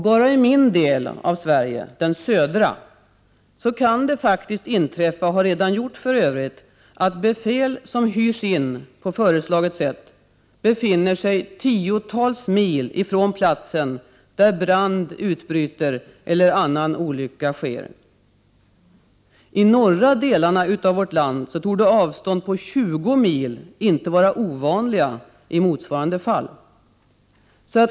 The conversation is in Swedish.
Bara i min del av Sverige, den södra, kan det faktiskt inträffa — och det har det för övrigt redan gjort — att befäl som hyrs in på föreslaget sätt befinner sig tiotals mil från platsen där brand utbryter eller annan olycka inträffar.I de norra delarna av landet torde avstånd på 20 mil inte vara ovanliga i motsvarande fall.